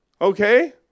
okay